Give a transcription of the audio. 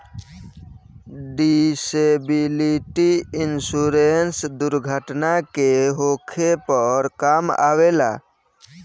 disability insurance दुर्घटना के होखे पर काम अवेला